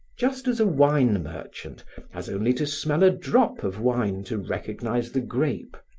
just as a wine merchant has only to smell a drop of wine to recognize the grape,